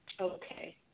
Okay